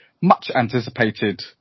much-anticipated